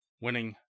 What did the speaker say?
winning